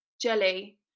jelly